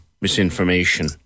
misinformation